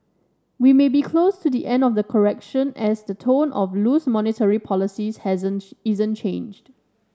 we may be close to the end of the correction as the tone of loose monetary policies hasn't isn't changed